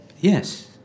Yes